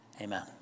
Amen